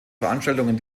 veranstaltungen